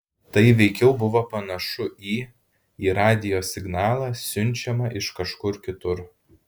tai veikiau buvo panašu į į radijo signalą siunčiamą iš kažkur kitur